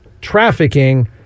trafficking